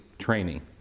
training